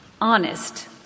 honest